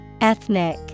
Ethnic